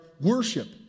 worship